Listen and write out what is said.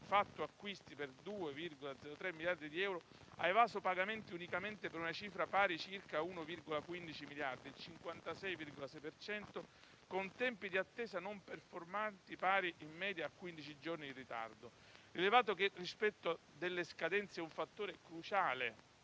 fatto acquisti per 2,03 miliardi di euro, ha evaso pagamenti unicamente per una cifra pari a circa 1,15 miliardi (il 56,6 per cento) con tempi di attesa non performanti, pari in media a 15 giorni di ritardo; rilevato che il rispetto delle scadenze è un fattore di cruciale